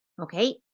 okay